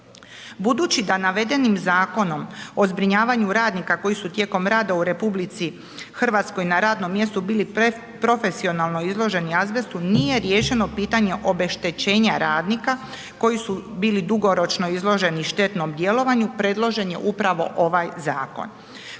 Budući da navedenim zakonom o zbrinjavanju radnika koji su tijekom rada u RH na radnom mjestu bili profesionalni azbestu nije riješeno pitanje obeštećenja radnika koji su bili dugoročno izloženi štetnom djelovanju predložen je upravo ovaj zakon.